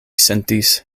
sentis